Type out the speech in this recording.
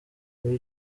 muri